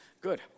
Good